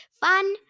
Fun